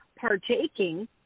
partaking